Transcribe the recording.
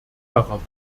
darauf